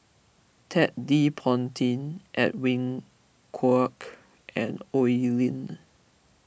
Ted De Ponti Edwin Koek and Oi Lin